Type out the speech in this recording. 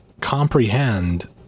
comprehend